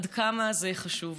עד כמה זה חשוב,